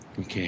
Okay